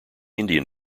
indian